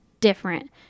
different